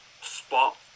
spot